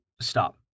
stop